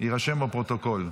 יירשם בפרוטוקול.